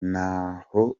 naho